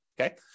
okay